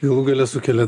galų gale sukelia